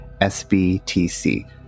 SBTC